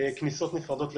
כניסות נפרדות לחדרים.